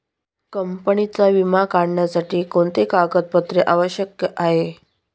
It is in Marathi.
कंपनीचा विमा काढण्यासाठी कोणते कागदपत्रे आवश्यक आहे?